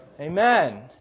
Amen